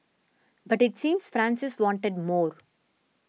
but it seems Francis wanted more